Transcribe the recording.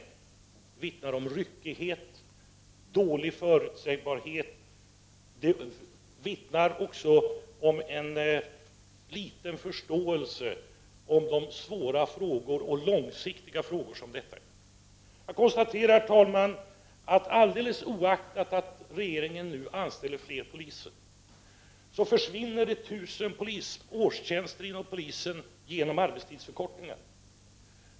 Detta vittnar om ryckighet, dålig förutsägbarhet, och om ringa förståelse för de svåra och långsiktiga frågor som det här är fråga om. Herr talman! Jag konstaterar att alldeles oaktat att regeringen nu anställer fler poliser så försvinner 1000 årstjänster inom polisen genom arbetstidsförkortningar.